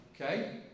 Okay